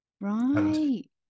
Right